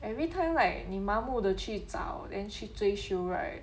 everytime like 你盲目的去找 then 去追求 right